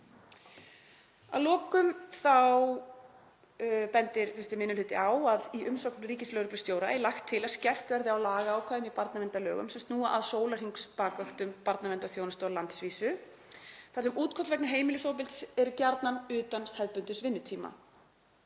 Að lokum bendir 1. minni hluti á að í umsögn ríkislögreglustjóra er lagt til að skerpt verði á lagaákvæðum í barnaverndarlögum sem snúa að sólarhringsbakvöktum barnaverndarþjónustu á landsvísu þar sem útköll vegna heimilisofbeldis eru gjarnan utan hefðbundins vinnutíma.